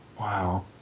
Wow